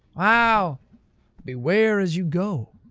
wow beware as you go.